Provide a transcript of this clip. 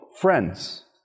friends